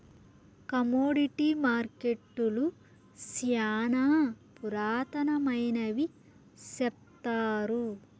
commodity మార్కెట్టులు శ్యానా పురాతనమైనవి సెప్తారు